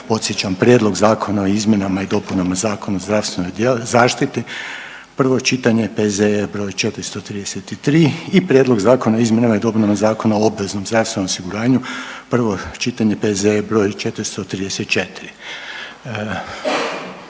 podsjećam: -Prijedlog zakona o izmjenama i dopunama Zakona o zdravstvenoj zaštiti, prvo čitanje, P.Z.E. br. 433. i -Prijedlog zakona o izmjenama i dopunama Zakona o obveznom zdravstvenom osiguranju, prvo čitanje, P.Z.E. br. 434.